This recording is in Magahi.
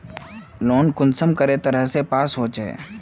लोन कुंसम करे तरह से पास होचए?